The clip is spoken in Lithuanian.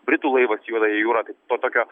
britų laivas į juodąją jūrą tai to tokio